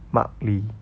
mark lee